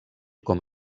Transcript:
com